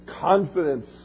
confidence